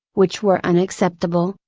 which were unacceptable,